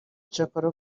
cyakora